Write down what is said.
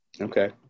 Okay